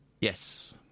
yes